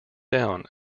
down